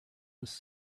was